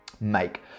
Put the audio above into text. make